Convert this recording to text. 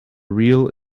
real